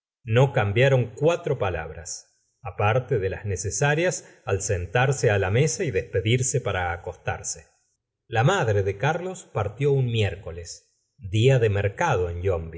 no cambiaron cuatro palabras aparte de las necesarias al sentarse la mesa y despedirse para acostarse la madre de carlos partió un miércoles día de mercado en